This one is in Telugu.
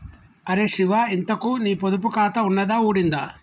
అరే శివా, ఇంతకూ నీ పొదుపు ఖాతా ఉన్నదా ఊడిందా